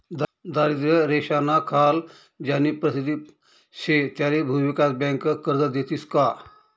दारिद्र्य रेषानाखाल ज्यानी परिस्थिती शे त्याले भुविकास बँका कर्ज देतीस का?